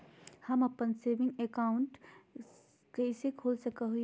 हम अप्पन saving account कइसे खोल सको हियै?